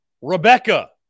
Rebecca